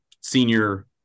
senior